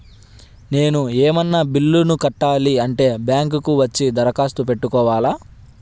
నేను ఏమన్నా బిల్లును కట్టాలి అంటే బ్యాంకు కు వచ్చి దరఖాస్తు పెట్టుకోవాలా?